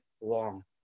long